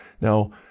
Now